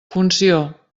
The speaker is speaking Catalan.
funció